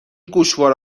گوشواره